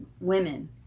women